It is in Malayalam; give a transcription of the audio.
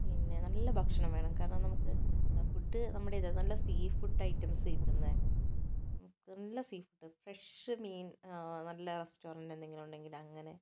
പിന്നെ നല്ല ഭക്ഷണം വേണം കാരണം നമുക്ക് ഫുഡ് നമ്മുടെ നല്ല സീ ഫുഡ് ഐറ്റംസ് കിട്ടുന്ന നല്ല സീ ഫുഡ് ഫ്രഷ് മീൻ നല്ല റസ്റ്റോറന്റ് എന്തെങ്കിലുമുണ്ടെങ്കിൽ അങ്ങനെ